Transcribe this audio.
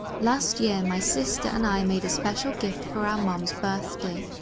last year, my sister and i made a special gift for our mom's birthday.